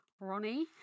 Ronnie